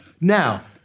Now